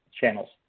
channels